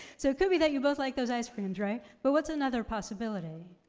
so it could be that you both like those ice creams, right? but what's another possibility?